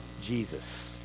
Jesus